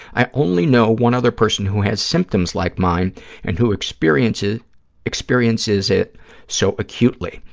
i only know one other person who has symptoms like mine and who experiences experiences it so acutely,